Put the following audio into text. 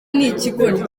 nikigoryi